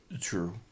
True